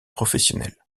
professionnel